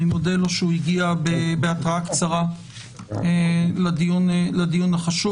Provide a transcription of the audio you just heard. אני מודה לו שהוא הגיע בהתראה קצרה לדיון החשוב,